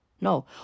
No